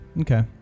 Okay